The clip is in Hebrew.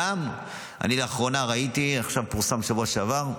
לאחרונה ראיתי, פורסם בשבוע שעבר,